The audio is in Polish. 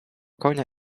konia